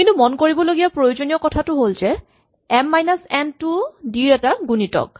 কিন্তু মন কৰিবলগীয়া প্ৰয়োজনীয় কথাটো হ'ল যে এম মাইনাচ এন টো ও ডি ৰ এটা গুণিতক